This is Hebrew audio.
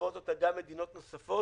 חוות אותה גם מדינות נוספות,